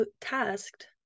tasked